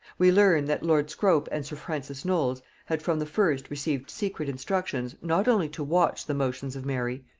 we learn that lord scrope and sir francis knolles had from the first received secret instructions not only to watch the motions of mary,